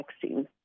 vaccine